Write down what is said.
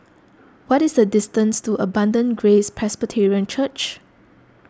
what is the distance to Abundant Grace Presbyterian Church